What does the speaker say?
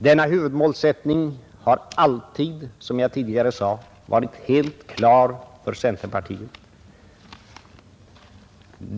Denna huvudmålsättning har alltid, som jag tidigare sade, varit helt klar för centerpartiet.